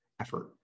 effort